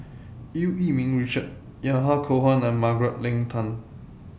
EU Yee Ming Richard Yahya Cohen and Margaret Leng Tan